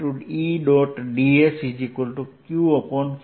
ds q0છે